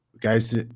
guys